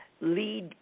lead